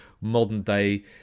modern-day